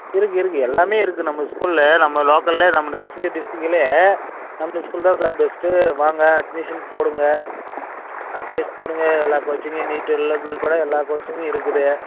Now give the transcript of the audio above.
இருக்குது இருக்குது எல்லாமே இருக்குது நம்ம ஸ்கூலில் நம்ம லோக்கலிலே நம்மளுக்கு கிருஷ்ணகிரி டிஸ்ட்ரிக்ட்கிலே நம்ம ஸ்கூல் தான் சார் பெஸ்ட்டு வாங்க அட்மிஷன் போடுங்க அட்மிஷன் போடுங்க எல்லா கோச்சிங்கு நீட்டு எல்லாம் உள்பட எல்லா கோச்சிங்கும் இருக்குது